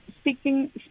speaking